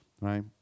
right